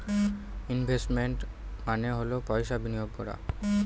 investment মানে হল পয়সা বিনিয়োগ করা